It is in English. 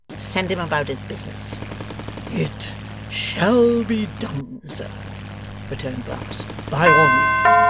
send him about his business it shall be done, sir returned brass by all means.